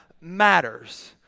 matters